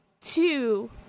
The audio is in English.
Two